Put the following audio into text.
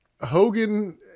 Hogan